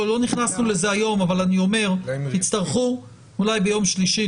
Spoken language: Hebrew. לא נכנסנו לזה היום אבל אני אומר שתצטרכו אולי ביום שלישי,